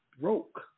broke